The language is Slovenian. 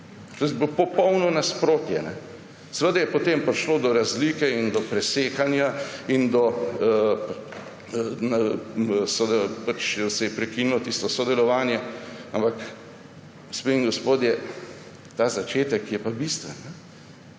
To je popolno nasprotje. Seveda je potem prišlo do razlike in do presekanja in se je prekinilo tisto sodelovanje, ampak, gospe in gospodje, ta začetek je pa bistven